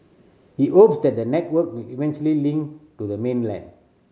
he hopes that the network will eventually link to the mainland